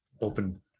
open